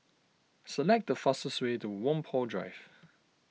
select the fastest way to Whampoa Drive